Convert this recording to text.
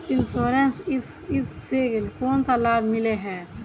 Insurance इस से कोन सा लाभ मिले है?